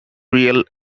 real